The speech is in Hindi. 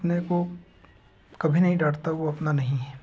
अपने को कभी नहीं डांटता वो अपना नहीं है